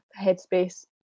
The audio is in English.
headspace